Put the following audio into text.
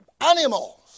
animals